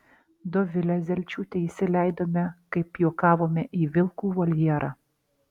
dovilę zelčiūtę įsileidome kaip juokavome į vilkų voljerą